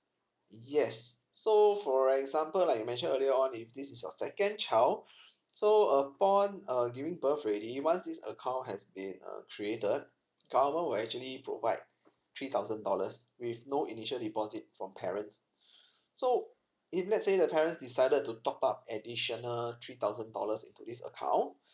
yes so for example like I mentioned earlier on if this is your second child so upon err giving birth already once this account has been uh created government will actually provide three thousand dollars with no initial deposit from parents so if let's say the parents decided to top up additional three thousand dollars into this account